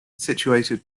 situated